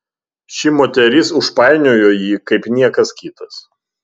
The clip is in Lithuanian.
ši moteris užpainiojo jį kaip niekas kitas